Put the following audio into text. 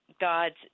God's